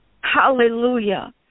Hallelujah